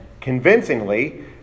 convincingly